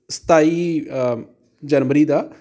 ਸਤਾਈ ਜਨਵਰੀ ਦਾ